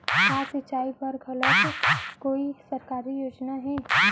का सिंचाई बर घलो कोई सरकारी योजना हे?